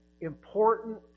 important